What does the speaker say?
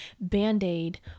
band-aid